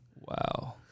Wow